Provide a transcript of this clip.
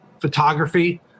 photography